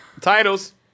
Titles